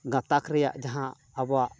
ᱜᱟᱛᱟᱠ ᱨᱮᱭᱟᱜ ᱡᱟᱦᱟᱸ ᱟᱵᱚᱣᱟᱜ